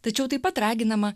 tačiau taip pat raginama